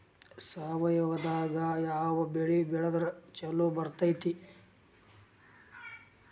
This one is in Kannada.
ಸಾವಯವದಾಗಾ ಯಾವ ಬೆಳಿ ಬೆಳದ್ರ ಛಲೋ ಬರ್ತೈತ್ರಿ?